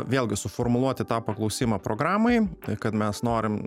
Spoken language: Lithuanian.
vėlgi suformuluoti tą paklausimą programai kad mes norim